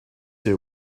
see